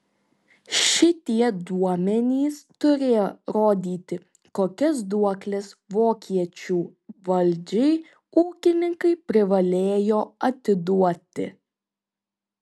šitie duomenys turėjo rodyti kokias duokles vokiečių valdžiai ūkininkai privalėjo atiduoti